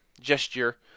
gesture